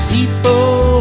People